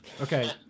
Okay